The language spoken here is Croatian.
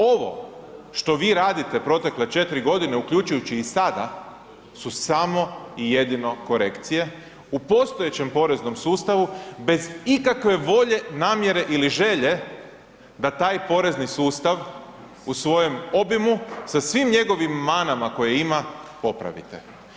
Ovo što vi radite protekle 4 godine uključujući i sada su samo i jedino korekcije u postojećem poreznom sustavu bez ikakve volje, namjere ili želje da taj porezni sustav u svojem obimu sa svim njegovim manama koje ima popravite.